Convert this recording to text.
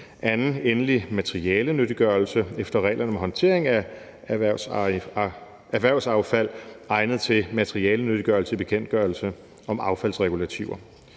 endelig materialenyttiggørelse efter reglerne om håndtering af erhvervsaffald egnet til materialenyttiggørelse. Og der er altså i stk.